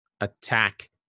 attack